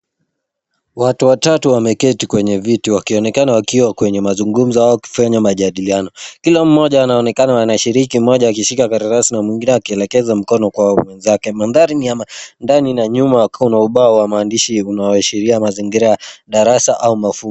Watu watatu wameketi kwenye viti wakionekana wakiwa kwenye mazungumzo au wakifanya majadiliano . Kila mmoja anaonekana wanashiriki mmoja akishika makaratasi na mwingine akielekeza mkono kwa mwenzake. Mandhari ni ya ndani na nyuma wakiwa na ubao wa maandishi unaoashiria mazingira ya darasa au mafunzo.